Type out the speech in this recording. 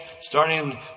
starting